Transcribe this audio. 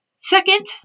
Second